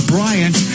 Bryant